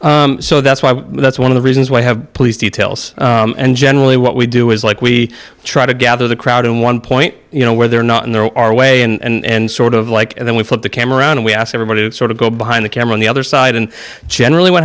so so that's why that's one of the reasons why we have police details and generally what we do is like we try to gather the crowd in one point you know where they're not and they're our way and sort of like and then we put the camera around and we ask everybody to sort of go behind the camera on the other side and generally what